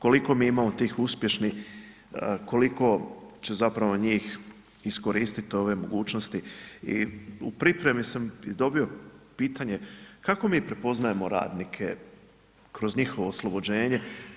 Koliko mi imamo tih uspješnih, koliko će zapravo njih iskoristit ove mogućnosti i u pripremi sam dobio pitanje, kako mi prepoznajemo radnike, kroz njihovo oslobođenje.